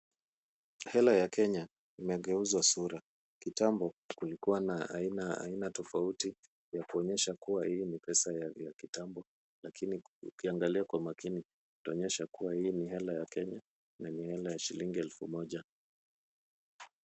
Hela ya Kenya imegeuzwa sura. Kitambo kulikuwa na aina tofauti ya kuonyesha kuwa hii ni pesa ya kitambo, lakini ukiangalia kwa makini itaonyesha kuwa hii ni hela ya Kenya na ni hela ya shilingi elfu moja.